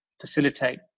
facilitate